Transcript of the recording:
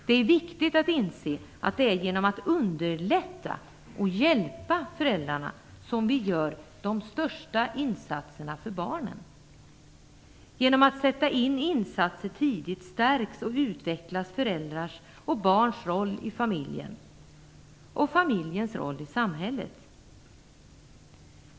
Det är viktigt att inse att det är genom att underlätta och hjälpa föräldrarna som vi gör de största insatserna för barnen. Genom att sätta in insatser tidigt stärker och utvecklar man föräldrars och barns roll i familjen och familjens roll i samhället.